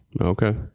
Okay